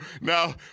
Now